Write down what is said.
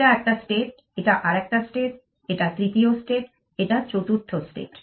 এটা একটা স্টেট এটা আরেকটা স্টেট এটা তৃতীয় স্টেট এটা চতুর্থ স্টেট